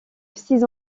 six